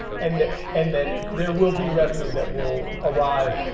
and that and that there will be revenue that will arrive.